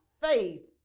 faith